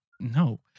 No